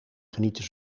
genieten